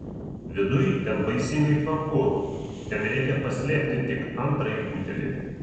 viduj ten baisingai tvanku ten reikia paslėpti tik antrąjį butelį